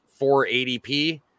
480p